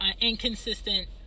inconsistent